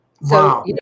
Wow